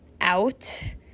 out